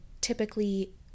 typically